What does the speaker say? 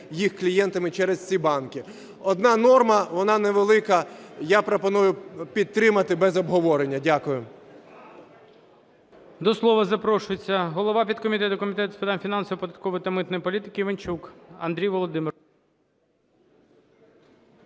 їх клієнтами через ці банки. Одна норма, вона невелика. Я пропоную підтримати без обговорення. Дякую.